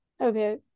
Okay